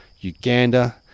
Uganda